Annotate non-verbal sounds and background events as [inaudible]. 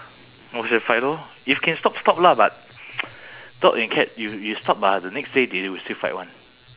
watch them fight lor if can stop stop lah but [noise] dog and cat you you stop ah the next day they will still fight [one]